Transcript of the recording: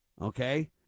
Okay